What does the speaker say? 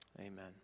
amen